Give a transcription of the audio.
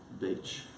beach